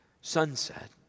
Sunset